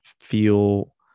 feel